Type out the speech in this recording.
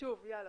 האלקטרוני.